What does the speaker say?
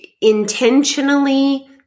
intentionally